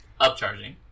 Upcharging